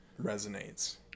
resonates